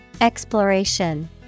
Exploration